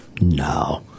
No